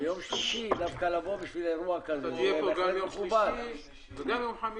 אתה תהיה פה גם ביום שלישי וגם ביום חמישי,